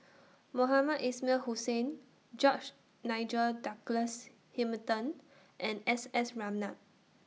Mohamed Ismail Hussain George Nigel Douglas Hamilton and S S Ratnam